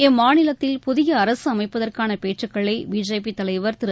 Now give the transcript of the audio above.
இம்மாநிலத்தில் புதிய அரசு அமைப்பதற்கான பேச்சுகளை பிஜேபி தலைவர் திரு